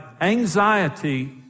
Anxiety